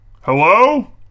Hello